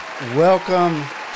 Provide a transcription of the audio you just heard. Welcome